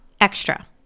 extra